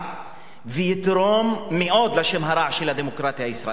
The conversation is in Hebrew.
ויתרום מאוד לשם הרע של הדמוקרטיה הישראלית.